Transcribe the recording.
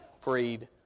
freed